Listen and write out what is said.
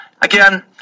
Again